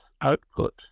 output